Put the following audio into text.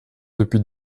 depuis